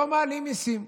שלא מעלים מיסים.